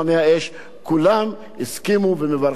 ואני חושב שזהו יום היסטורי לעם ישראל.